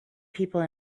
people